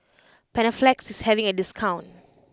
Panaflex is having a discount